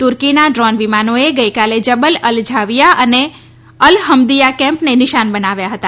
તુર્કીનાં drone વિમાનોને ગઈકાલે Jabal al Zawiya અને અલ હમ્દીયા કેમ્પને નિશાન બનાવ્યા હતા